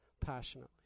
passionately